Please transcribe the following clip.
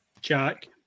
Jack